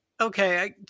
Okay